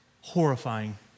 horrifying